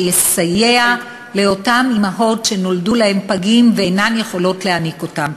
שיסייע לאותן אימהות שנולדו להן פגים ואינן יכולות להניק אותם,